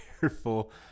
careful